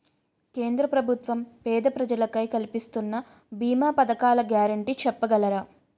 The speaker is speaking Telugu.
కేంద్ర ప్రభుత్వం పేద ప్రజలకై కలిపిస్తున్న భీమా పథకాల గ్యారంటీ చెప్పగలరా?